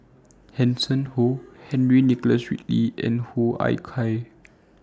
Hanson Ho Henry Nicholas Ridley and Hoo Ah Kay